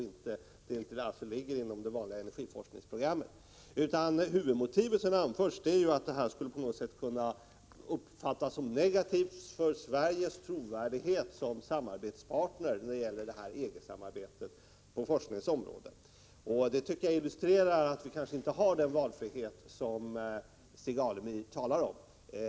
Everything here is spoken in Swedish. Det ligger alltså inte inom det vanliga energiforskningsprogrammet. Det huvudmotiv som anförs är att det på något sätt skulle kunna uppfattas som negativt för Sveriges trovärdighet som samarbetspartner i EG-samarbete på forskningens område. Detta tycker jag illustrerar att vi kanske inte har riktigt den valfrihet som Stig Alemyr talar om.